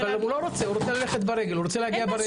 אבל הוא לא רוצה, הוא רוצה ללכת ברגל ולהגיע ברגל.